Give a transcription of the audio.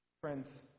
Friends